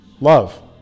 love